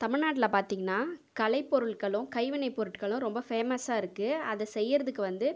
தமிழ்நாட்டில் பார்த்தீங்கன்னா கலைப்பொருட்களும் கைவினைப்பொருட்களும் ரொம்ப ஃபேமஸாக இருக்குது அதை செய்கிறதுக்கு வந்து